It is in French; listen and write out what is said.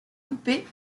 coupées